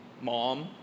mom